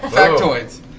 factoids!